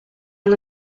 han